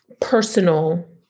personal